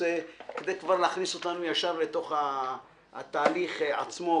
רוצה כדי להכניס אותנו ישר לתוך התהליך עצמו,